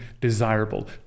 desirable